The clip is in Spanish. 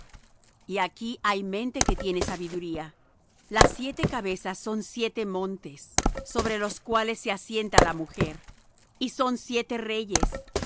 y aquí hay mente que tiene sabiduría las siete cabezas son siete montes sobre los cuales se asienta la mujer y son siete reyes